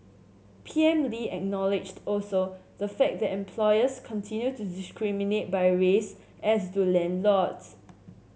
P M Lee acknowledged also the fact that employers continue to discriminate by race as do landlords